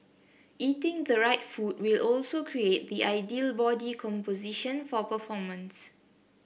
eating the right food will also create the ideal body composition for performance